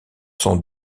sont